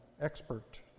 expert